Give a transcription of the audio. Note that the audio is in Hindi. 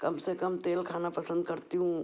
कम से कम तेल खाना पसंद करती हूँ